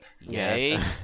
Yay